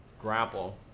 grapple